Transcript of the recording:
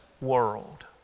world